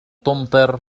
تمطر